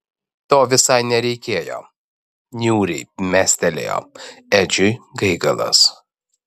to visai nereikėjo niūriai mestelėjo edžiui gaigalas